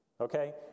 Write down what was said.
Okay